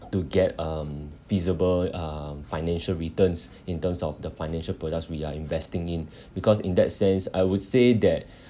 to get um feasible uh financial returns in terms of the financial products we are investing in because in that sense I would say that